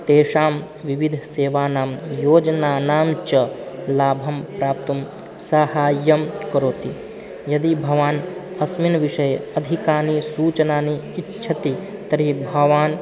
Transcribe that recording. तेषां विविधसेवानां योजनानां च लाभं प्राप्तुं सहायं करोति यदि भवान् अस्मिन् विषये अधिकानि सूचनानि इच्छति तर्हि भवान्